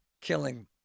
killing